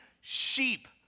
sheep